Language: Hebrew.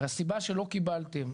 הרי הסיבה שלא קיבלתם,